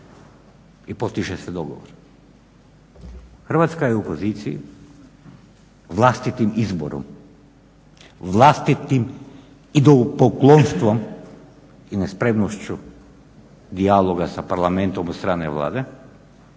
i postiže se dogovor. Hrvatska je u poziciji vlastitim izborom, vlastitim …/Govornik se ne razumije./… i nespremnošću dijaloga sa Parlamentom …/Govornik se